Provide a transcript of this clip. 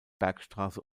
bergstraße